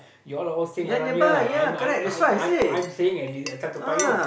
you are all staying around here I'm I'm I'm I'm I'm staying at this Toa-Payoh